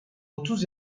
otuz